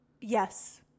Yes